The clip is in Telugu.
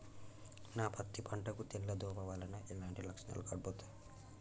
నా పత్తి పంట కు తెల్ల దోమ వలన ఎలాంటి లక్షణాలు కనబడుతాయి?